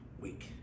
week